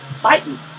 fighting